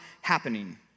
happening